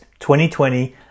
2020